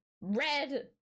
red